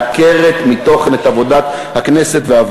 כפיית החקיקה הזו על הכנסת מעקרת מתוכן את עבודת הכנסת והוועדות.